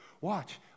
Watch